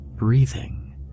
breathing